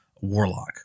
warlock